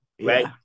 right